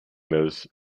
those